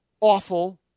awful